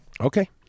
Okay